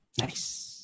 Nice